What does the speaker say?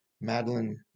Madeline